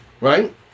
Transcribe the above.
Right